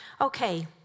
Okay